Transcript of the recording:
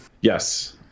Yes